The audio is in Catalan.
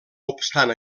obstant